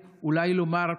נאמר,